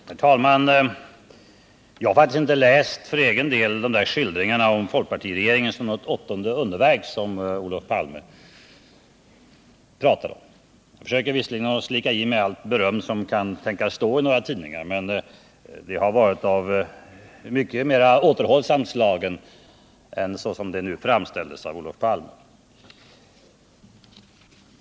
Herr talman! Jag har faktiskt för egen del inte läst skildringarna om folkpartiregeringen som något åttonde underverk, som Olof Palme talade om. Jag försöker visserligen slicka i mig allt beröm som kan tänkas stå i tidningarna, men det har varit av mycket mer återhållsamt slag än som det nu framställdes av Olof Palme.